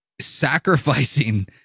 sacrificing